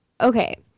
okay